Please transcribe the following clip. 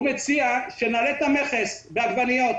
הוא מציע שנעלה את המכס בעגבניות.